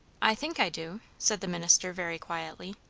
i think i do, said the minister very quietly.